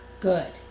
Good